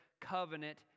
covenant